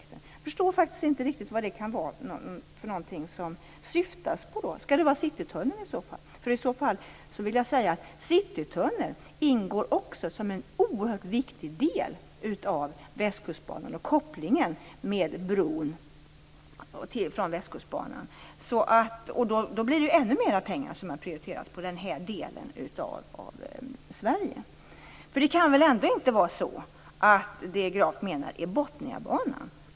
Jag förstår inte riktigt vad det kan vara han syftar på. Skulle det vara Citytunneln? I så fall vill jag säga att den ingår som en oerhört viktig del av Västkustbanan och kopplingen med bron från Västkustbanan. Det är alltså ännu mer pengar som prioriterats till den här delen av Sverige. Det kan väl ändå inte vara så att Graf menar Botniabanan?